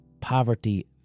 poverty